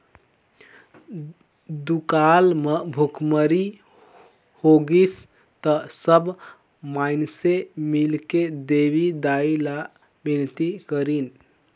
दुकाल म भुखमरी होगिस त सब माइनसे मिलके देवी दाई ला बिनती करिन